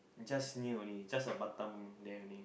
just near only just a Batam there only